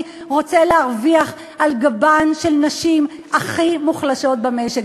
רוצה להרוויח על גבן של הנשים הכי מוחלשות במשק.